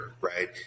right